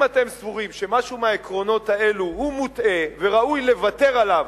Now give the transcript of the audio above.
אם אתם סבורים שמשהו מהעקרונות האלו הוא מוטעה וראוי לוותר עליו,